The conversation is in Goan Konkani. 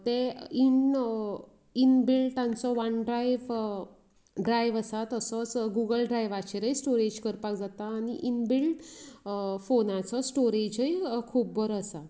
तें इन इन बिल्ट तांचो वान ड्रायव ड्रायव आसा तसोच गुगल ड्रायव्हाचेरय स्टोरेज करपाक जाता आनी इन बिल्ट फोनाचे स्टोरेजय खूब बरो आसा